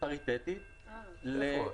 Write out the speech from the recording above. פריטטית --- איפה?